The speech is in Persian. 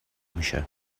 میشه